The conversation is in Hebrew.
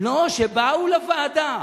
שבאו לוועדה,